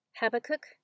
Habakkuk